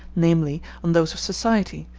namely, on those of society,